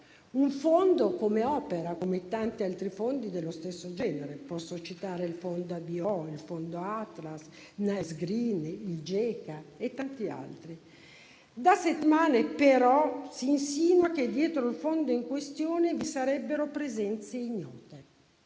un fondo che opera come tanti altri fondi dello stesso genere, e posso citare il fondo ABO, il fondo Atlas, Nice & Green e tanti altri. Da settimane, però, si insinua che dietro il fondo in questione vi sarebbero presenze ignote.